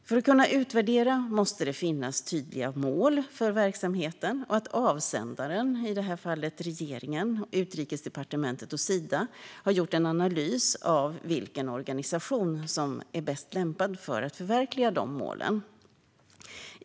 För att vi ska kunna utvärdera måste det finnas tydliga mål för verksamheten och att avsändaren, i det här fallet regeringen, Utrikesdepartementet och Sida, har gjort en analys av vilken organisation som är bäst lämpad att förverkliga de målen.